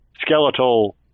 skeletal